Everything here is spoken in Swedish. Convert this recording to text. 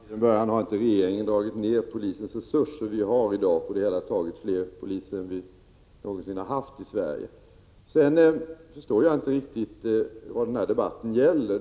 Herr talman! Regeringen har inte dragit ner på polisens resurser. Det finns på det hela taget fler poliser än någonsin i Sverige. Jag förstår inte riktigt vad denna debatt gäller.